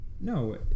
no